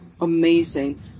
amazing